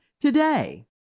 today